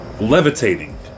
levitating